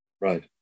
Right